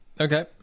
Okay